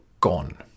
gone